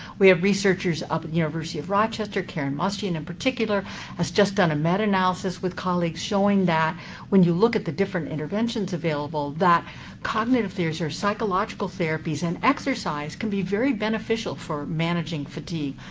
we have researchers up at the university of rochester. karen mustian in particular has just done a meta-analysis with colleagues showing that when you look at the different interventions available, that cognition theories or psychology therapies and exercise can be very beneficial for managing fatigue.